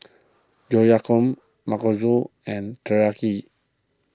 Oyakodon and Teriyaki